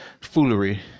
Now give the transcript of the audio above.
foolery